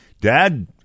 dad